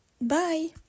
Bye